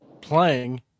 playing